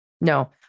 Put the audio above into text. no